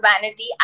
vanity